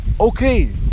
Okay